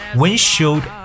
windshield